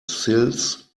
sills